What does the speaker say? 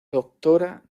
doctora